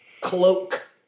cloak